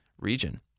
region